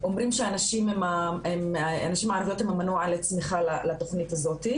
אומרים שהנשים הערביות הם מנוע לצמיחה לתוכנית הזאת,